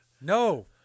No